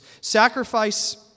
Sacrifice